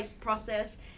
process